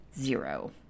Zero